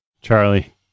Charlie